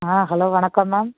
ஆ hello வணக்கம் ma'am